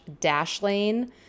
Dashlane